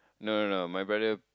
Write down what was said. no no no my brother